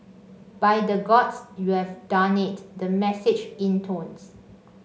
by the Gods you have done it the message intones